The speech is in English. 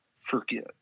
forget